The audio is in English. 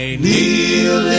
kneel